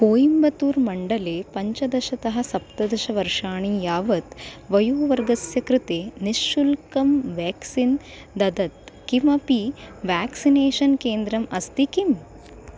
कोयिम्बतूर् मण्डले पञ्चदशतः सप्तदशवर्षाणि यावत् वयोवर्गस्य कृते निःशुल्कं व्याक्सिन् ददत् किमपि व्याक्सिनेषन् केन्द्रम् अस्ति किम्